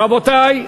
רבותי,